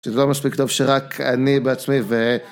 זה לא מספיק טוב שרק אני בעצמי ו...